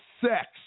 sex